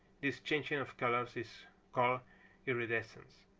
this changing of colors is called iridescence.